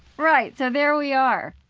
right. so there we are.